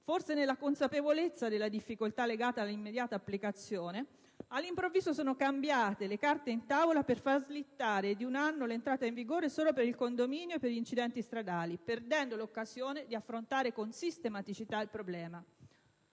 forse nella consapevolezza della difficoltà legata all'immediata applicazione, all'improvviso sono cambiate le carte in tavola per far slittare di un anno l'entrata in vigore solo per il condominio e per gli incidenti stradali, perdendo l'occasione di affrontare con sistematicità il problema.